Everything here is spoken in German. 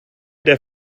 der